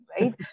right